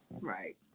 right